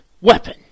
weapon